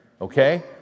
Okay